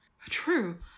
true